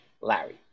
Larry